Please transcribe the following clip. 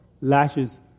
lashes